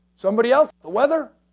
somebody else? the weather?